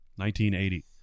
1980